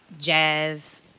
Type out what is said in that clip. jazz